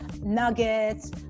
nuggets